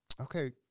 Okay